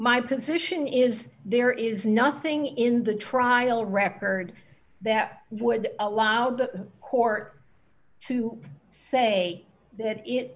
my position is there is nothing in the trial record that would allow the court to say that it